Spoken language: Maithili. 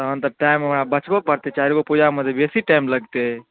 तहन तऽ टाइम हमरा बचबऽ पड़तै चारिगो पूजा मे तऽ बेसी टाइम लगतै